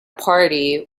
party